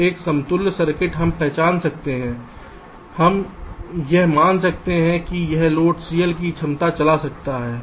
तो एक समतुल्य सर्किट हम पहचान सकते हैं हम यह मान सकते हैं कि यह लोड CL की क्षमता चला रहा है